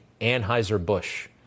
Anheuser-Busch